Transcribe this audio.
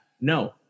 No